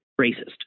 Racist